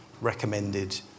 recommended